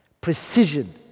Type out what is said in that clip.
Precision